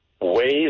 ways